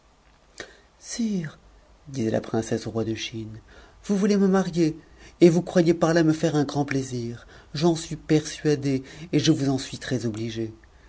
sire disait la princesse au roi de la chine vous voulez me marier et vous croyez par là me faire un grand plaisir j'en suis persuadée et je vous en suis